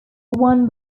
one